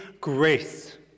grace